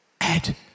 Ed